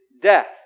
death